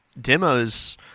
demos